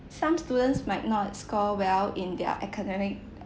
some students might not score well in their academic